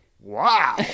Wow